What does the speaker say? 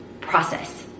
process